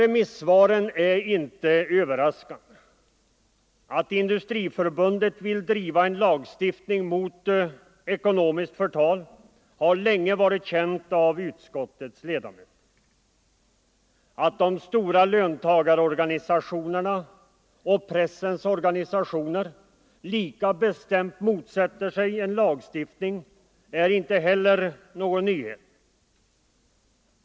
Remissvaren är inte överraskande. Att Industriförbundet vill driva en lagstiftning mot ekonomiskt förtal har länge varit känt av utskottets ledamöter. Att de stora löntagarorganisationerna och pressens organisationer lika bestämt motsätter sig en lagstiftning är inte heller någon nyhet.